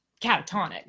catatonic